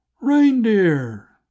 Reindeer